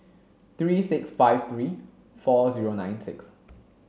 three six five three four zero nine six